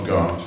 God